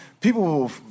people